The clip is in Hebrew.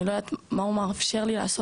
אני לא יודעת מה הוא מאפשר לי לעשות,